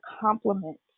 compliment